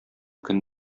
көн